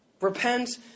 Repent